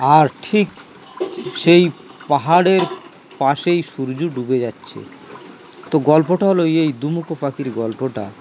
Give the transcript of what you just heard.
আর ঠিক সেই পাহাড়ের পাশেই সূর্য ডুবে যাচ্ছে তো গল্পটা হলো এই এই দুমুখো পাখির গল্পটা